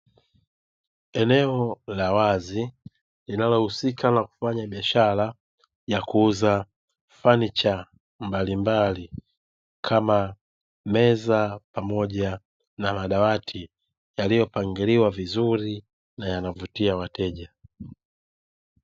Eneo la wazi linalohusika na kufanya biashara ya fanicha mbalimbali, kama meza pamoja na madawati; yaliyopangiliwa vizuri na yanavutia wateja.